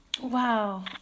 Wow